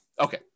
Okay